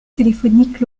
téléphonique